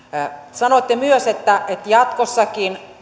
sanoitte myös että jatkossakin